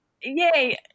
yay